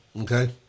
Okay